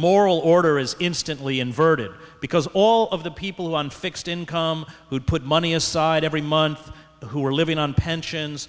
moral order is instantly inverted because all of the people who are on fixed income who put money aside every month who were living on pensions